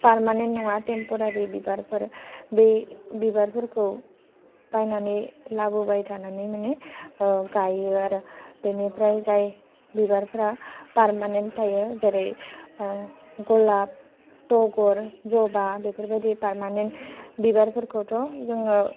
permanent नङा temporary बिबारफोर बे बिबारफोरखौ बायनानै लाबोबाय थानानै मानि गायो आरो बेनिफ्राय जाय बिबारफ्रा पारमानेन्ट थायो जेरै गलाब टगर ज'बा बेफोरबायदि पारमानेन्ट बिबारफोरखौथ' जोङो